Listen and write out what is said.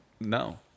No